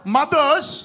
mothers